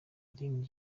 idini